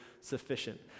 sufficient